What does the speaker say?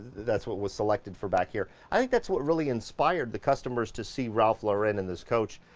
that's what was selected for back here. i think that's what really inspired the customers to see ralph lauren in this coach.